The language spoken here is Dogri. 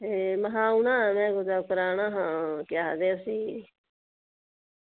ते हा में कुदै कराना हा केह् आखदे उसी